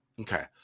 Okay